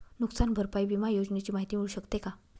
नुकसान भरपाई विमा योजनेची माहिती मिळू शकते का?